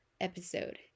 episode